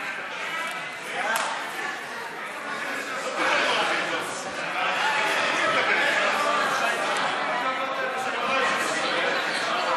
קביעת עונש מזערי והוראת שעה לעבירת החזקת נשק בלא רשות על פי דין),